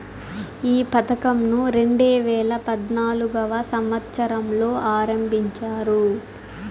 ఈ పథకంను రెండేవేల పద్నాలుగవ సంవచ్చరంలో ఆరంభించారు